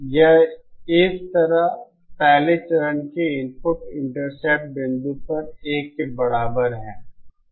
यह इस तरह पहले चरण के इनपुट इंटरसेप्ट बिंदु पर 1 के बराबर है